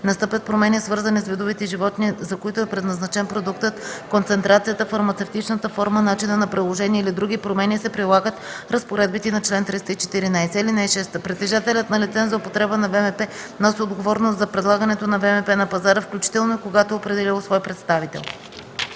настъпят промени, свързани с видовете животни, за които е предназначен продукта, концентрацията, фармацевтичната форма, начина на приложение или други промени се прилагат разпоредбите на чл. 314. (6) Притежателят на лиценз за употреба на ВМП носи отговорност за предлагането на ВМП на пазара, включително и когато е определил свой представител.”